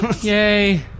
Yay